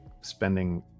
spending